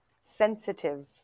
sensitive